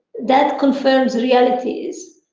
that confirms the realities.